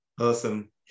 Awesome